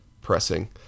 pressing